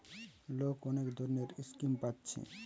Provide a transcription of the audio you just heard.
লোক অনেক ধরণের স্কিম পাচ্ছে